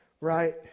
right